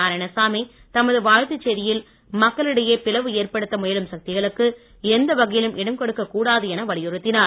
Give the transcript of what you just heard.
நாராயணசாமி தமது வாழ்த்துச் செய்தியில் மக்களிடையே பிளவு ஏற்படுத்த முயலும் சக்திகளுக்கு எந்த வகையிலும் இடம் கொடுக்க கூடாது என வலியுறுத்தினார்